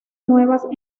nuevas